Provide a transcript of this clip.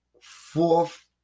fourth